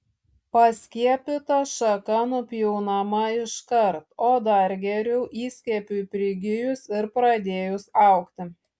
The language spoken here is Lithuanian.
paskiepyta šaka nupjaunama iškart o dar geriau įskiepiui prigijus ir pradėjus augti